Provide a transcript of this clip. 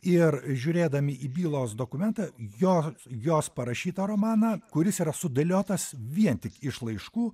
ir žiūrėdami į bylos dokumentą jo jos parašytą romaną kuris yra sudėliotas vien tik iš laiškų